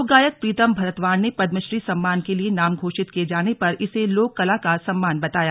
लोकगायक प्रीतम भरतवाण ने पद्मश्री सम्मान के लिए नाम घोषित किये जाने पर इसे लोक कला का सम्मान बताया